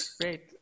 Great